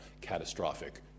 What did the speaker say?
catastrophic